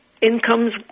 incomes